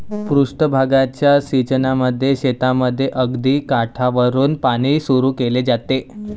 पृष्ठ भागाच्या सिंचनामध्ये शेताच्या अगदी काठावरुन पाणी सुरू केले जाते